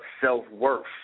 self-worth